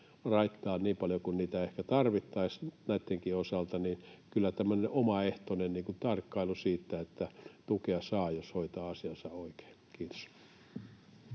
tämmöinen omaehtoinen tarkkailu siitä, että tukea saa, jos hoitaa asiansa oikein. — Kiitos.